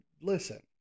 Listen